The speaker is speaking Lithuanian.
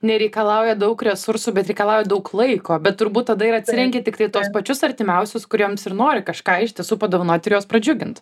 nereikalauja daug resursų bet reikalauja daug laiko bet turbūt tada ir atsirenki tiktai tuos pačius artimiausius kuriems ir nori kažką iš tiesų padovanoti ir juos pradžiugint